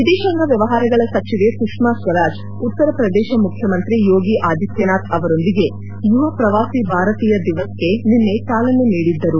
ವಿದೇಶಾಂಗ ವ್ಯವಹಾರಗಳ ಸಚಿವೆ ಸುಷ್ಮಾ ಸ್ವರಾಜ್ ಉತ್ತರ ಪ್ರದೇಶ ಮುಖ್ಯಮಂತ್ರಿ ಯೋಗಿ ಆದಿತ್ಯನಾಥ್ ಅವರೊಂದಿಗೆ ಯುವ ಪ್ರವಾಸಿ ಭಾರತೀಯ ದಿವಸ್ಗೆ ನಿನ್ನೆ ಚಾಲನೆ ನೀಡಿದ್ದರು